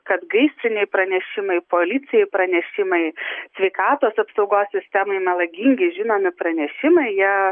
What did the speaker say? kad gaisrinei pranešimai policijai pranešimai sveikatos apsaugos sistemai melagingi žinomi pranešimai jie